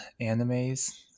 animes